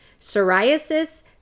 psoriasis